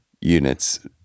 units